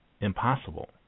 impossible